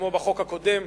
כמו בחוק הקודם,